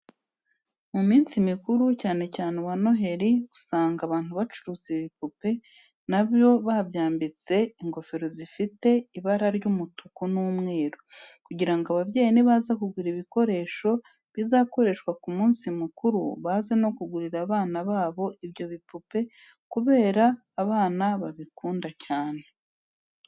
Mu minsi mikuru, cyane cyane uwa Noheri usanga ahantu bacuruza ibipupe na byo babyambitse ingofero zifite ibara ry'umutuku n'umweru, kugira ngo ababyeyi nibaza kugura ibikoresho bizakoreshwa ku munsi mukuru, baze no kugurira abana babo ibyo bipupe kubera abana babikunda cyane.